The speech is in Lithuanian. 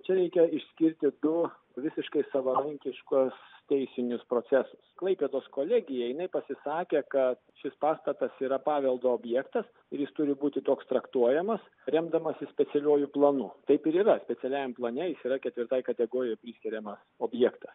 čia reikia išskirti du visiškai savarankiškus teisinius procesus klaipėdos kolegija jinai pasisakė kad šis pastatas yra paveldo objektas ir jis turi būti toks traktuojamas remdamasis specialiuoju planu taip ir yra specialiajame plane jis yra ketvirtai kategorijai priskiriamą objektą